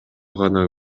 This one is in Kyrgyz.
гана